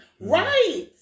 Right